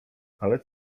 ale